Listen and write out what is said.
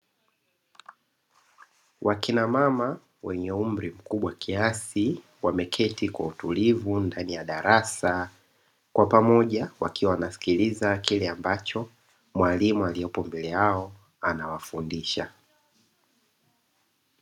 Wakina mama wenye umri mkubwa kiasi wameketi kwa utulivu ndani ya darasa kwa pamoja wakiwa wanasikiliza kile ambacho mwalimu aliyopo mbele yao anawafundisha.